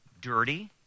dirty